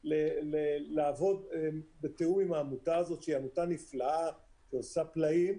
לעבוד בתיאום עם העמותה הזאת שהיא עמותה נפלאה שעושה פלאים.